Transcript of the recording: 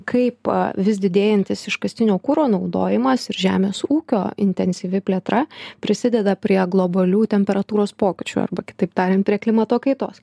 kaip vis didėjantis iškastinio kuro naudojimas ir žemės ūkio intensyvi plėtra prisideda prie globalių temperatūros pokyčių arba kitaip tariant prie klimato kaitos